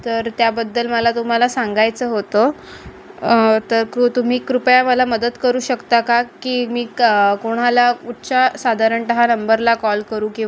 तर त्याबद्दल मला तुम्हाला सांगायचं होतं तर कृ तुम्ही कृपया मला मदत करू शकता का की मी क कोणाला कुठच्या साधारणतः नंबरला कॉल करू किंवा